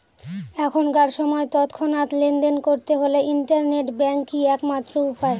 এখনকার সময় তৎক্ষণাৎ লেনদেন করতে হলে ইন্টারনেট ব্যাঙ্কই এক মাত্র উপায়